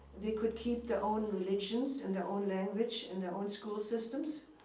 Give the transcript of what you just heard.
they could keep their own religions and their own language and their own school systems.